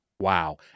Wow